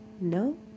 No